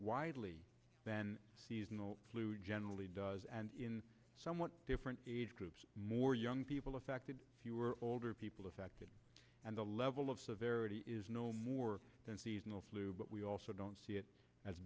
widely than seasonal flu generally does and in somewhat different age groups more young people affected fewer older people affected and the level of severity is no more than seasonal flu but we also don't see it as